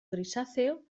grisáceo